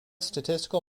statistical